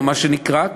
מה שנקרא,